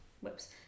whoops